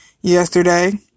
yesterday